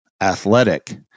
athletic